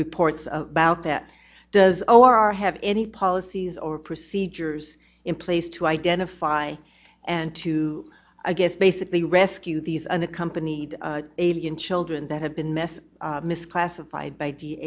reports about that does or are have any policies or procedures in place to identify and to i guess basically rescue these unaccompanied alien children that have been messed misclassified by d